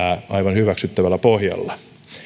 aivan hyväksyttävällä pohjalla